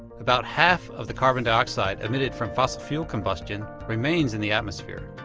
about half of the carbon dioxide emitted from fossil fuel combustion remains in the atmosphere.